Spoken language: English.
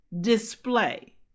display